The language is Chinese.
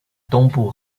东部